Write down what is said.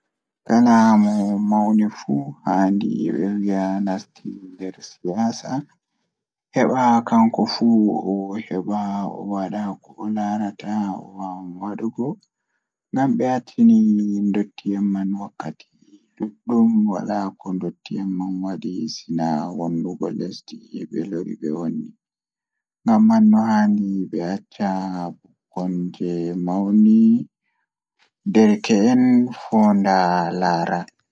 Kala mo mauni fuu handi ɓe wiya nasti nder siyaasa Eyi, ko fii taƴi ɓe foti yimɓe ɗe ngoni e nder ndiyam politique. Ɓuri ko waɗde, ɓe waawi sosde e ngoodi e heɓugol farɗe e nder caɗeele.